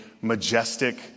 majestic